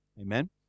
Amen